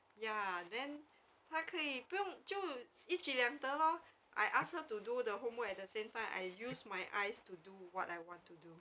ya then 他可以不用就一举两得 lor I ask her to do the homework at the same time I use my eyes to do what I want to do